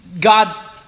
God's